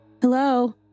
Hello